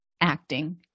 acting